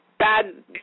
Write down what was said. Bad